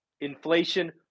inflation